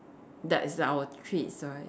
that is our treats right